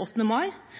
8. mai. Hun sa også at det er et spennende og